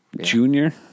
Junior